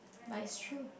but is true